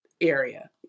area